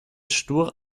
stur